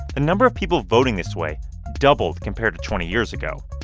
number of people voting this way doubled compared to twenty years ago.